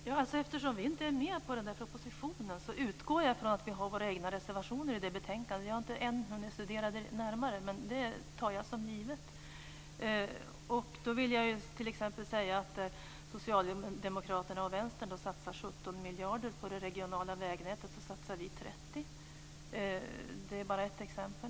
Herr talman! Eftersom vi inte var med om propositionen i fråga utgår jag från att vi har egna reservationer i det betänkandet. Jag har ännu inte hunnit med att närmare studera det, men det tar jag för givet. Socialdemokraterna och Vänstern satsar 17 miljarder på det regionala vägnätet. Vi satsar 30 miljarder. Detta är bara ett exempel.